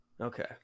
Okay